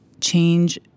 change